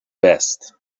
best